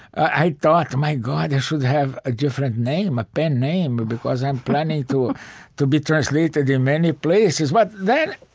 i thought, my god, i should have a different name, a pen name, because i'm planning to ah to be translated in many places. but then,